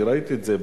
אני ראיתי את זה.